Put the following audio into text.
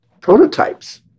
prototypes